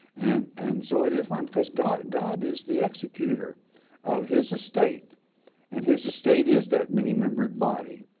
and and so it is fine because god god is the executer of his estate and his estate is that many-membered body.